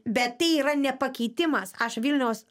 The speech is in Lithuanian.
bet tai yra ne pakeitimas aš vilniaus